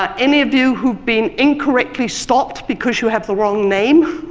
ah any of you who've been incorrectly stopped because you have the wrong name